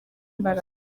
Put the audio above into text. imbaraga